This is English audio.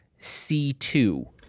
C2